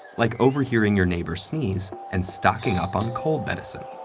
like overhearing your neighbor sneeze and stocking up on cold medicine.